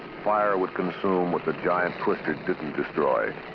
fire would consume what the giant twister didn't destroy.